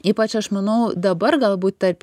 ypač aš manau dabar galbūt tarp